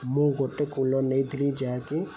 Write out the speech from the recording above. ମୁଁ ଗୋଟେ କୁଲର୍ ନେଇଥିଲି ଯାହାକି